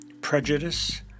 prejudice